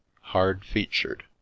hard-featured